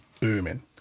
booming